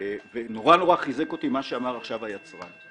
וחיזקו אותי גם דברי היצרן עכשיו.